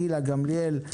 גילה גמליאל,